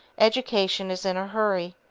education is in a hurry.